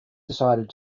decided